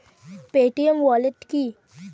Paytm wallet কি?